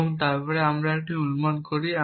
এবং তারপরে আমরা একটি অনুমান করি